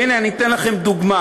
והנה, אני אתן לכם דוגמה.